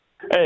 Hey